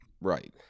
Right